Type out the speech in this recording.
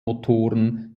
motoren